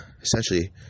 essentially